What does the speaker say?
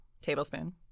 Tablespoon